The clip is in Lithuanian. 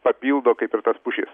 papildo kaip ir tas pušis